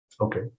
Okay